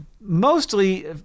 mostly